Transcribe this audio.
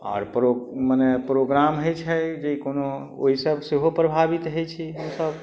आओर प्रो माने प्रोग्राम होइ छै जे कोनो ओहि सऽ सेहो प्रभावित होइ छै हमसब